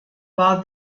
war